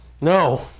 No